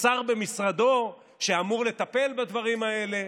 ויש שר במשרדו שאמור לטפל בדברים האלה.